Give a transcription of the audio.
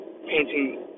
painting